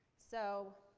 so,